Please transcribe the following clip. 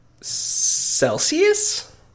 Celsius